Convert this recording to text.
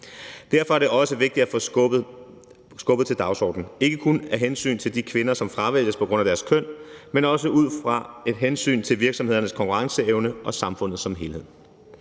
Derfor er det også vigtigt at få skubbet til dagsordenen, ikke kun af hensyn til de kvinder, som fravælges på grund af deres køn, men også af hensyn til virksomhedernes konkurrenceevne og til samfundet som helhed.